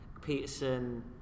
Peterson